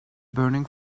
burning